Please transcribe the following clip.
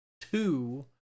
two